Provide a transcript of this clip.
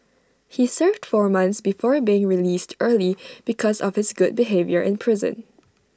he served four months before being released early because of his good behaviour in prison